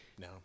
No